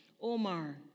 Omar